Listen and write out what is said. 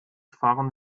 fahren